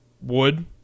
wood